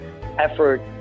effort